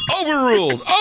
overruled